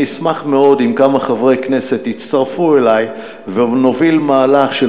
אני אשמח מאוד אם כמה חברי כנסת יצטרפו אלי ונוביל מהלך של